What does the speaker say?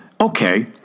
okay